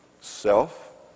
Self